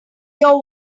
your